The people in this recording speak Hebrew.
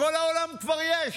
בכל העולם כבר יש: